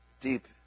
deep